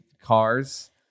cars